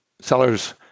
sellers